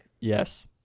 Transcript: Yes